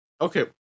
Okay